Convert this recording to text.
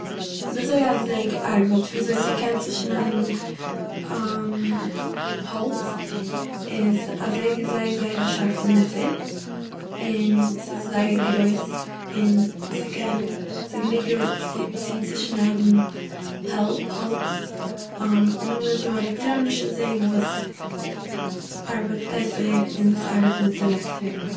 וויזוי א זעג ארבעט, וויזוי ס'קען צושניידן האלץ איז, א זעג איז זייער זייער א שארפע מעסער, און ס'איז זייער גרויס, און ס'קען... ס'גענוג גרויס צו- צו צושניידן העלז- האלץ. א- און נאכדעם איז דא א עלעקטראנישע זעג וואס ארבעט בעסער און ס'ארבעט מיט עלעקטריק.